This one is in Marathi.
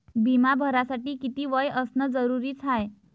बिमा भरासाठी किती वय असनं जरुरीच हाय?